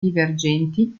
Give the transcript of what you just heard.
divergenti